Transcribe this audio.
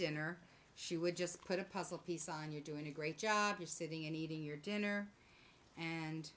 dinner she would just put a puzzle piece on you're doing a great job you're sitting and eating your dinner and